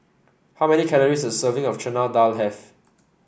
how many calories does a serving of Chana Dal have